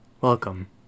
Welcome